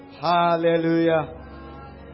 Hallelujah